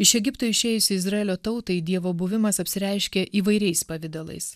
iš egipto išėjusiai izraelio tautai dievo buvimas apsireiškia įvairiais pavidalais